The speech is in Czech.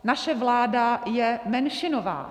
Naše vláda je menšinová.